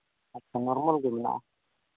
ᱟᱪᱪᱷᱟ ᱱᱚᱨᱢᱟᱞ ᱜᱮ ᱢᱮᱱᱟᱜᱼᱟ